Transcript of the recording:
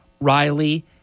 Riley